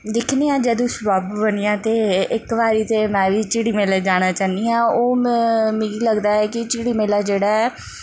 दिक्खने आं जदूं सब्बब बनेआ ते इक बारी ते में बी चिड़ी मेला जाना चाहन्नी आं ओह् में मिगी लगदा ऐ कि चिड़ी मेला जेह्ड़ा ऐ